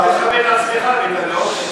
אני רק, צריך לכבד את עצמך ואת הלאום שלך.